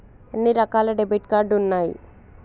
ఎన్ని రకాల debit card ఉన్నాయి?